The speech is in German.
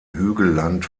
hügelland